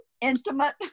intimate